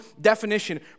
definition